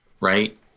Right